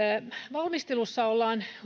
valmistelussa ollaan